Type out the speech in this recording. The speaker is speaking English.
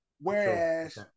Whereas